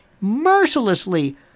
mercilessly